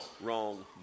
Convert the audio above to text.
wrong